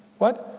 what?